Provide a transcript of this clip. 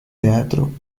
teatro